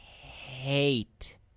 hate